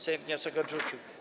Sejm wniosek odrzucił.